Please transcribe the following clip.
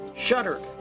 Shuttered